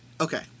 okay